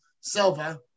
Silva